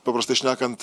paprastai šnekant